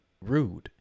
rude